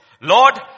Lord